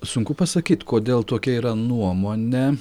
sunku pasakyt kodėl tokia yra nuomonė